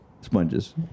sponges